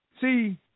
see